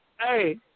hey